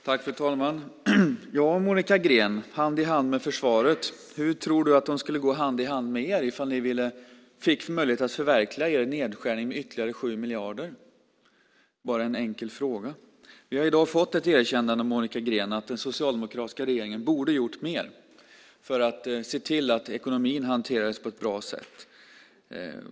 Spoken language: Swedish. Fru talman! Ja, Monica Green - hand i hand med försvaret. Hur tror du att de skulle gå hand i hand med er om ni fick möjlighet att förverkliga er nedskärning med ytterligare 7 miljarder? Det är bara en enkel fråga. Vi har i dag fått ett erkännande av Monica Green att den socialdemokratiska regeringen borde ha gjort mer för att se till att ekonomin hanterades på ett bra sätt.